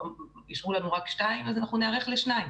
אישרו לנו רק שתיים אז אנחנו ניערך לשתיים.